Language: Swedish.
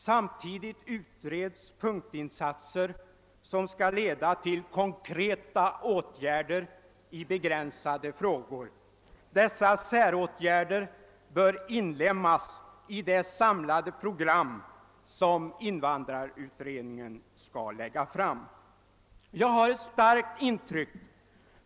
Samtidigt utreds punktinsatser som skall leda till konkreta åtgärder i begränsade frågor. Dessa säråtgärder bör inlemmas i det samlade program som invandrarutredningen skall lägga fram.